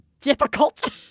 difficult